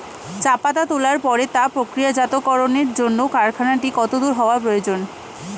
চা পাতা তোলার পরে তা প্রক্রিয়াজাতকরণের জন্য কারখানাটি কত দূর হওয়ার প্রয়োজন?